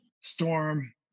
storm